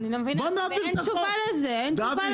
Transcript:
ואין תשובה לזה.